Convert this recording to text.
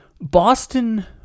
Boston